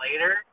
later